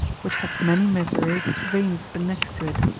which hath many mesaraic veins annexed to it,